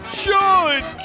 John